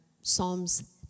Psalms